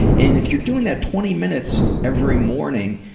and if you're doing that twenty minutes every morning,